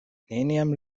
neniam